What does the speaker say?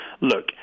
look